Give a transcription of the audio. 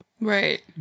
Right